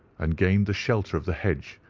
and gained the shelter of the hedge,